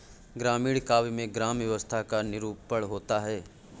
ग्रामीण काव्य में ग्राम्य व्यवस्था का निरूपण होता है